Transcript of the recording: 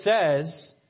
says